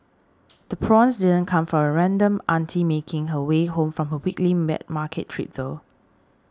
the prawns didn't come from a random auntie making her way home from her weekly wet market trip though